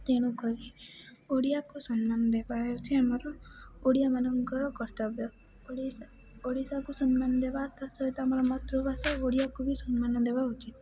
ତେଣୁକରି ଓଡ଼ିଆକୁ ସମ୍ମାନ ଦେବା ହେଉଛି ଆମର ଓଡ଼ିଆମାନଙ୍କର କର୍ତ୍ତବ୍ୟ ଓଡ଼ିଶା ଓଡ଼ିଶାକୁ ସମ୍ମାନ ଦେବା ତା ସହିତ ଆମର ମାତୃଭାଷା ଓଡ଼ିଆକୁ ବି ସମ୍ମାନ ଦେବା ଉଚିତ୍